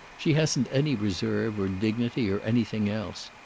she hasn't any reserve, or dignity, or anything else.